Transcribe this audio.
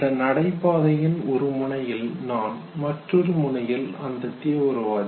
அந்த நடைபாதையில் ஒரு முனையில் நான் மற்றொரு முனையில் அந்த தீவிரவாதி